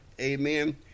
amen